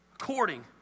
according